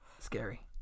scary